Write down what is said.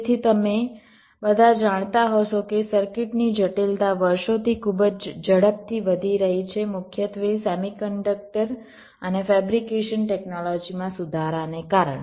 તેથી જેમ તમે બધા જાણતા હશો કે સર્કિટની જટિલતા વર્ષોથી ખૂબ જ ઝડપથી વધી રહી છે મુખ્યત્વે સેમિકન્ડક્ટર અને ફેબ્રિકેશન ટેક્નોલોજીમાં સુધારાને કારણે